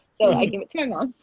so i give it to my mom,